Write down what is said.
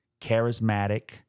charismatic